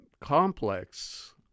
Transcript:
Complex